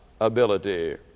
ability